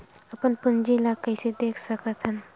अपन पूंजी ला कइसे देख सकत हन?